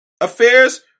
affairs